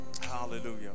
Hallelujah